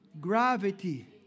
gravity